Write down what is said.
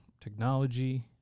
technology